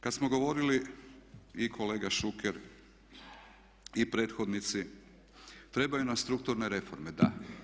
Kad smo govorili i kolega Šuker i prethodnici trebaju nam strukturne reforme, da.